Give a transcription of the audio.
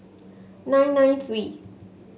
nine nine three